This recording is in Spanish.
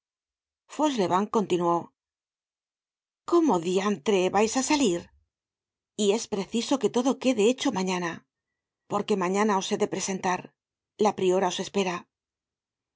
continuó cómo di antre vais á salir y es preciso que todo quede hecho mañana porque mañana os he de presentar la priora os espera